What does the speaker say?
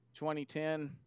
2010